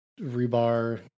Rebar